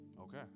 Okay